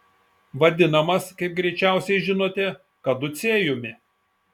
vadinamas kaip greičiausiai žinote kaducėjumi